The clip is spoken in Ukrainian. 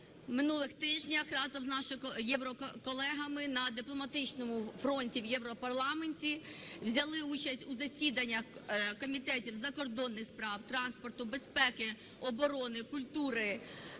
минулих тижнях разом з нашими євроколегами на дипломатичному фронті в Європарламенті, взяли участь у засіданнях комітетів закордонних справ, транспорту, безпеки, оборони, культури,